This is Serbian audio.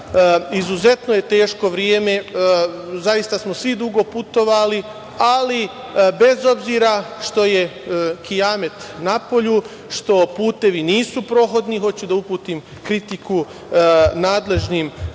izuzetno je teško vreme, svi smo dugo putovali, ali, bez obzira što je kijamet napolju, što putevi nisu prohodni, hoću da uputim kritiku nadležnim